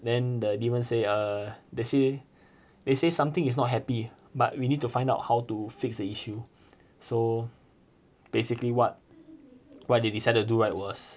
then the demon say err they say they say something is not happy but we need to find out how to fix the issue so basically what what they decided to do right was